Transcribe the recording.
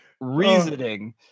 Reasoning